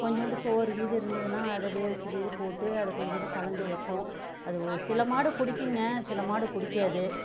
கொஞ்சோண்டு சோறு கீறு இருந்ததுன்னா அதை வெவுச்சு இது போட்டு அதை கொஞ்சோண்டு கலந்து வைப்போம் அது ஒரு சில மாடு குடிக்குங்க சில மாடு குடிக்காது